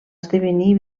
esdevenir